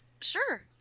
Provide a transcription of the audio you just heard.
sure